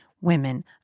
women